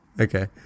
Okay